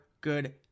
good